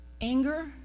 anger